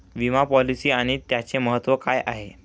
विमा पॉलिसी आणि त्याचे महत्व काय आहे?